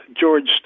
George